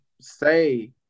say